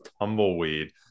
tumbleweed